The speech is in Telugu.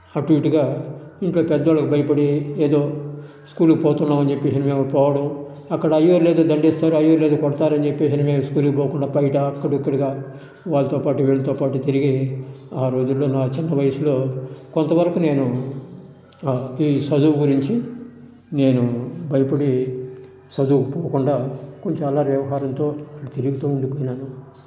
అటు ఇటుగా ఇంట్లో పెద్దోళ్ళకి భయపడి ఏదో స్కూలుకి పోతున్నాం అని చెప్పేసి మేము పోవడం అక్కడ అయ్యవారులు ఏదో దండిస్తారు అయ్యవారులు ఏదో కొడతారు అని చెప్పేసి మేము స్కూలుకి పోకుండా బయట మేము అక్కడ ఇక్కడ వాళ్ళతో పాటు వీళ్ళతో పాటు తిరిగి ఆ రోజుల్లో నా చిన్న వయసులో కొంతవరకు నేను ఈ చదువు గురించి నేను భయపడి చదువుకి పోకుండా కొంచెం అల్లరి వ్యవహారంతో తిరుగుతూ ఉండిపోయాను